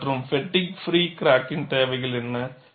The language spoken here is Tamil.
மற்றும் பெட்டிக் ப்ரி கிராக்கிங்கின் தேவைகள் என்ன